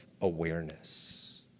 awareness